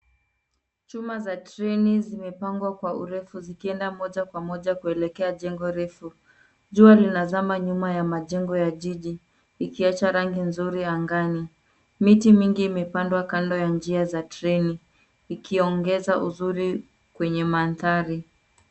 Chuma za treni zimepangwa kwa urefu zikienda moja kwa moja kuelekea jengo refu. Jua linazama nyuma ya majengo ya jiji ikiacha rangi nzuri ya angani. Miti mingi imepandwa kando ya njia za treni, ikiongeza uzuri kwenye mandhari.